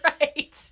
Right